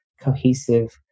cohesive